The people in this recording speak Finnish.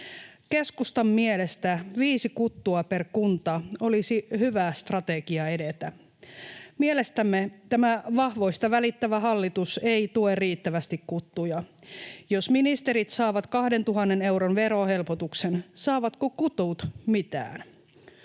Keskustan mielestä viisi kuttua per kunta olisi hyvä strategia edetä. Mielestämme tämä vahvoista välittävä hallitus ei tue riittävästi kuttuja. Jos ministerit saavat 2 000 euron verohelpotuksen, saavatko kutut mitään?